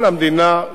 כל המדינה,